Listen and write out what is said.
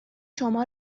شما